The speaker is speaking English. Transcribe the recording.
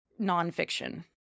nonfiction